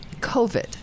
COVID